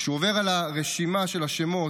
כשהוא עובר על הרשימה של השמות,